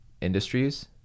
industries